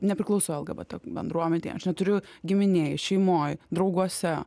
nepriklausau lgbt bendruomenei aš neturiu giminėj šeimoj drauguose